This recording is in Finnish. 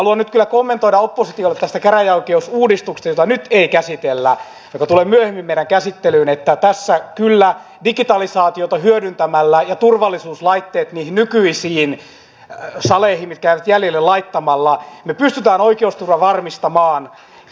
haluan nyt kyllä kommentoida oppositiolle tästä käräjäoikeusuudistuksesta jota nyt ei käsitellä joka tulee myöhemmin meidän käsittelyymme että tässä kyllä digitalisaatiota hyödyntämällä ja turvallisuuslaitteet niihin nykyisiin saleihin mitkä jäävät jäljelle laittamalla me pystymme oikeusturvan varmistamaan ja